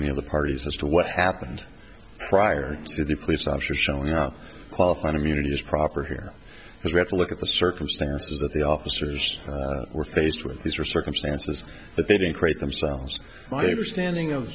any of the parties as to what happened prior to the police officer showing up qualified immunity is proper here because we have to look at the circumstances that the officers were faced with these are circumstances that they didn't create themselves my understanding of